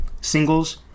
singles